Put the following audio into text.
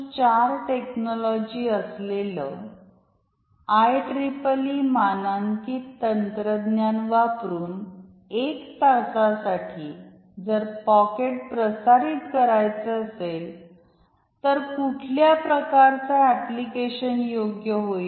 4 technology असलेले IEEE मानांकित तंत्रज्ञान वापरून एक तासासाठी साठी जर पॉकेट प्रसारित करायचे असतील तर कुठल्या प्रकारचा एप्लिकेशन योग्य होईल